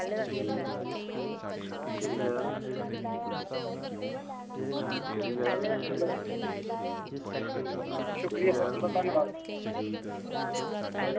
चलो शुक्रिया सर तुंदा धन्नवाद